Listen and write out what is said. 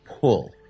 pull